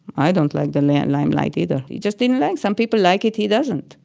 i don't like the limelight either. he just didn't like some people like it. he doesn't.